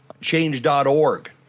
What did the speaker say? Change.org